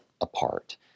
apart